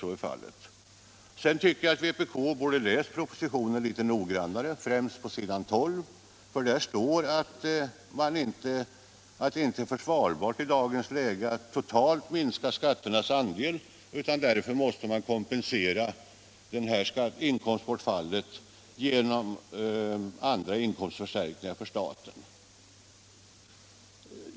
Vidare tycker jag att vpk borde ha läst propositionen litet noggrannare, främst s. 12, där det står att det inte är försvarbart i dagens läge att totalt minska skatternas andel. Därför måste man kompensera inkomstbortfallet genom andra inkomstförstärkningar för staten.